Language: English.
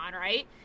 right